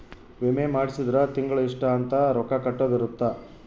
ವಿಮೆ ಮಾಡ್ಸಿದ್ರ ತಿಂಗಳ ಇಷ್ಟ ಅಂತ ರೊಕ್ಕ ಕಟ್ಟೊದ ಇರುತ್ತ